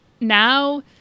Now